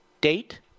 date